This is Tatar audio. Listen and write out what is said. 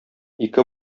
ике